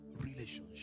Relationship